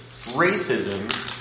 racism